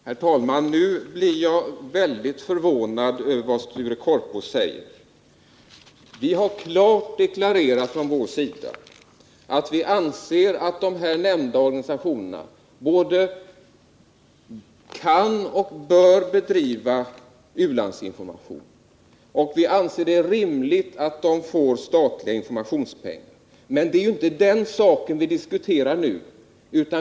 Herr talman! Jag blir väldigt förvånad över vad Sture Korpås nu säger. Vi har klart deklarerat att vi anser att de här nämnda organisationerna både kan och bör bedriva u-landsinformation. Vi anser det rimligt att de får statliga informationspengar. Men det är ju inte den saken vi diskuterar nu.